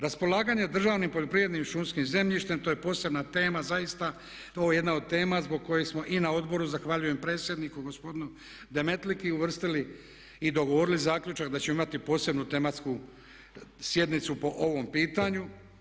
Raspolaganje državnim poljoprivrednim i šumskim zemljištem, to je posebna tema zaista, ovo je jedna od tema zbog koje smo i na odboru, zahvaljujem predsjedniku gospodinu Demetliki uvrstili i dogovorili zaključak da ćemo imati posebnu tematsku sjednicu po ovom pitanju.